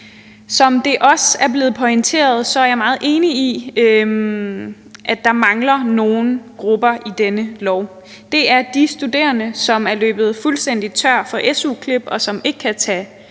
Som det også er blevet pointeret, og det er jeg meget enig i, så mangler der nogle grupper i dette lovforslag. Det er de studerende, som er løbet fuldstændig tør for su-klip, og som ikke kan tage